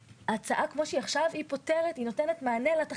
ההצעה כפי שהיא עכשיו נותנת מענה לתכלית הזאת.